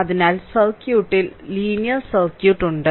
അതിനാൽ സർക്യൂട്ടിൽ linear circuit ഉണ്ട്